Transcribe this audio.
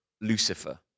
Lucifer